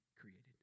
created